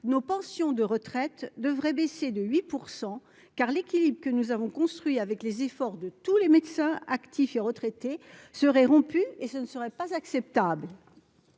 nos pensions de retraite devraient baisser de 8 % car l'équilibre que nous avons construit avec les efforts de tous les médecins, actifs et retraités, serait rompu et ce ne serait pas acceptable.